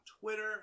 Twitter